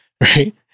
Right